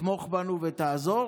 תתמוך בנו ותעזור.